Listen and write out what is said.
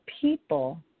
people